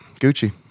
Gucci